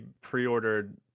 pre-ordered